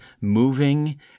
moving